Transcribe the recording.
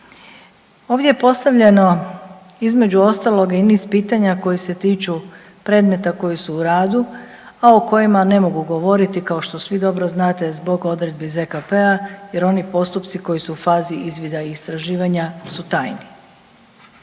Ovdje je postavljeno između ostalog i niz pitanja koja se tiču predmeta koji su u radu, a o kojima ne mogu govoriti kao što svi dobro znate zbog odredbi ZKP-a jer oni postupci koji su u fazi izvida i istraživanja su tajni.